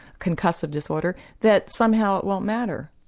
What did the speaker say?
concussive disorder, that somehow it won't matter.